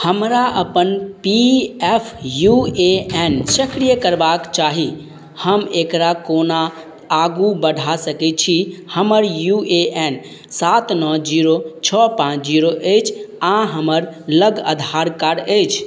हमरा अपन P F U A N सक्रिय करबाक चाही हम एकरा कोना आगू बढ़ा सकै छी हमर यू ए एन सात नओ जीरो छओ पाँच जीरो अछि आओर हमरालग आधार कार्ड अछि